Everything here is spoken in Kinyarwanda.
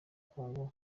congo